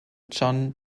john